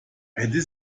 hätten